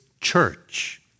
church